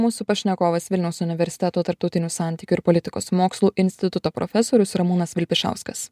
mūsų pašnekovas vilniaus universiteto tarptautinių santykių ir politikos mokslų instituto profesorius ramūnas vilpišauskas